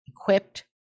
equipped